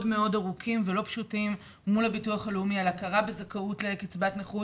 מאוד ארוכים ולא פשוטים מול הביטוח הלאומי על הכרה בזכאות לקצבת נכות.